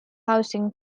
housing